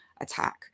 attack